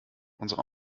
unsere